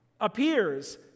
appears